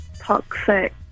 toxic